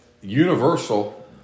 Universal